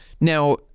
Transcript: Now